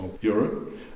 Europe